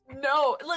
No